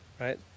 right